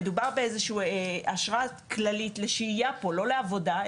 מדובר באיזו שהיא אשרה כללית לשהייה פה - לא לעבודה,